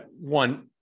one